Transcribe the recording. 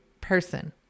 person